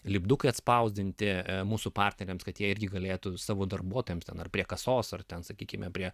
lipdukai atspausdinti mūsų partneriams kad jie irgi galėtų savo darbuotojams ar prie kasos ar ten sakykime prie